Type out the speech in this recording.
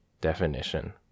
Definition